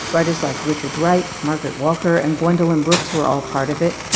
writers like richard wright, margaret walker and gwendolyn brooks were all part of it.